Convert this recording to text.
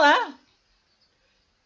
ah